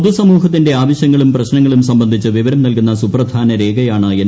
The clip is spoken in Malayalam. പൊതുസമൂഹത്തിന്റെ ആവശ്യങ്ങളും പ്രശ്നങ്ങളും സ്ഫബന്ധിച്ച് വിവരം നൽകുന്ന സുപ്രധാന രേഖയാണ് എൻ